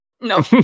No